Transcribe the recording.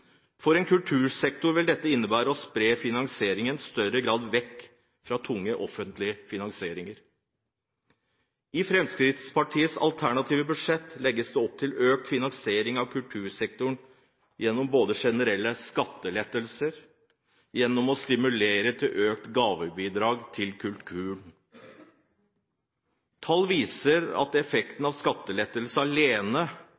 For en kultursektor vil dette innebære i større grad å spre finansieringen vekk fra tung offentlig finansiering. I Fremskrittspartiets alternative budsjett legges det opp til økt finansiering av kultursektoren gjennom både generelle skattelettelser og gjennom å stimulere til økte gavebidrag til kulturen. Tall viser at